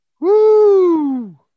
Woo